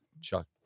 Chuck